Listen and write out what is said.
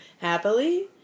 Happily